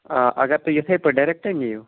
آ اگر تُہۍ یِتھٕے پٲٹھۍ ڈیریکٹَے نِیِو